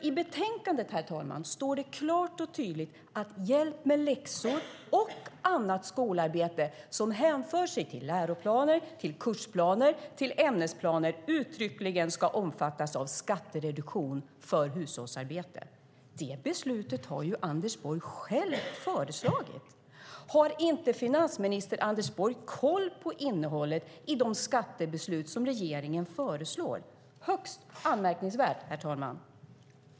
I betänkandet, herr talman, står det klart och tydligt att hjälp med läxor och annat skolarbete som hänför sig till läroplaner, kursplaner och ämnesplaner uttryckligen ska omfattas av skattereduktion för hushållsarbete. Det beslutet har Anders Borg själv föreslagit. Har inte finansminister Anders Borg koll på innehållet i de skattebeslut som regeringen föreslår? Det är högst anmärkningsvärt, herr talman.